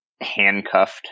handcuffed